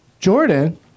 Jordan